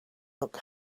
look